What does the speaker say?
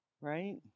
right